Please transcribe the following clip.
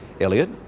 Elliot